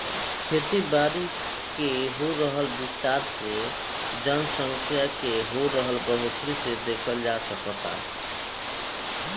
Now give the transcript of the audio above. खेती बारी के हो रहल विस्तार के जनसँख्या के हो रहल बढ़ोतरी से देखल जा सकऽता